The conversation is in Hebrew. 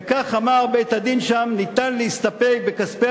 וכך אמר בית-הדין שם: ניתן להסתפק בכספי